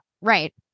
right